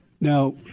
Now